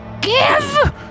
Give